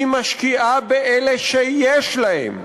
היא משקיעה באלה שיש להם.